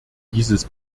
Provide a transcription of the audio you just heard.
dieses